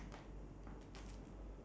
ya so I can bring you like around